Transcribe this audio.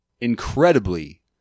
incredibly